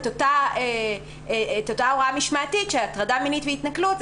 את אותה הוראה משמעתית שהטרדה מינית והתנכלות הן